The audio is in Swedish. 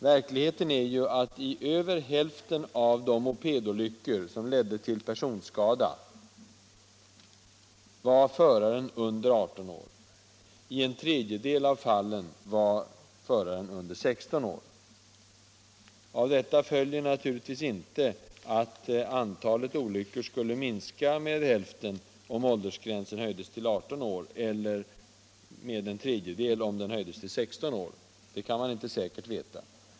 Verkligheten är att över hälften av de mopedolyckor som leder till skada är föraren under 18 år. I en tredjedel av fallen är föraren under 16 år. Av detta följer naturligtvis inte att antalet olyckor skulle minska med hälften om åldersgränsen höjdes till 18 år eller med en tredjedel om den höjdes till 16 år. Det kan man inte säkert veta.